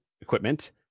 equipment